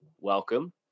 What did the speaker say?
welcome